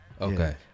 Okay